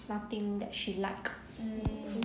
nothing that she like